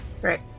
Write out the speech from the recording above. great